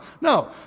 No